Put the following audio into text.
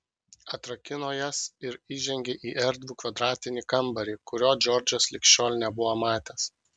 atrakino jas ir įžengė į erdvų kvadratinį kambarį kurio džordžas lig šiol nebuvo matęs